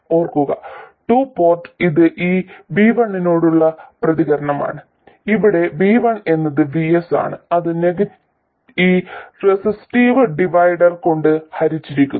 ഓർക്കുക two port ഇത് ഈ V1 നോടുള്ള പ്രതികരണമാണ് ഇവിടെ v1 എന്നത് VS ആണ് അത് ഈ റെസിസ്റ്റീവ് ഡിവൈഡർ കൊണ്ട് ഹരിച്ചിരിക്കുന്നു